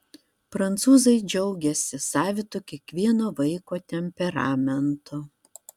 prancūzai džiaugiasi savitu kiekvieno vaiko temperamentu